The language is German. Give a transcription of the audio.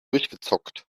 durchgezockt